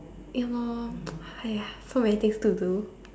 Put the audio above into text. awol !haiya! so many things to do